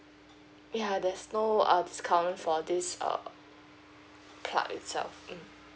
ya there's no err discount for this err plug itself mm